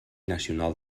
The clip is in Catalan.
nacional